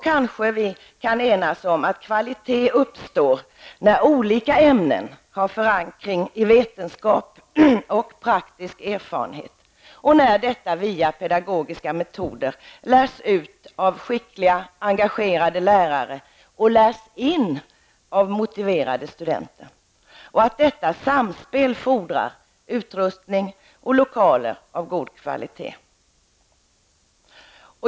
Kanske kan vi enas om att kvalitet uppstår när olika ämnen har förankring i vetenskap och praktisk erfarenhet och när detta via pedagogiska metoder lärs ut av skickliga engagerade lärare och lärs in av motiverade studenter. Detta samspel fordrar utrustning och lokaler av god kvalitet.